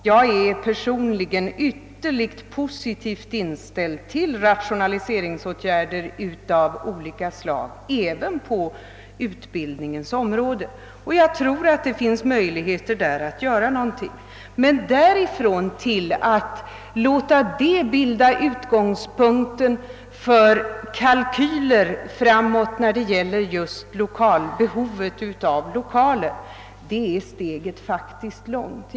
Jag är personligen ytterligt positivt inställd till sådana åtgärder av olika slag även på utbildningens område, och jag tror att det finns möjligheter att göra en hel del där. Men därifrån till att låta eventuella rationaliseringar bilda utgångspunkten för kalkyler när det gäller det framtida lokalbehovet är steget faktiskt långt.